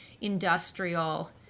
industrial